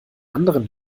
anderen